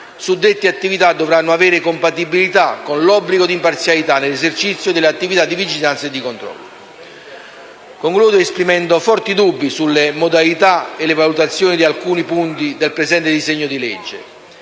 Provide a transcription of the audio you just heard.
suddette attività dovranno essere compatibili con l'obbligo di imparzialità nell'esercizio delle attività di vigilanza e di controllo. Concludo, esprimendo forti dubbi sulle modalità e le valutazioni di alcuni punti del presente disegno di legge.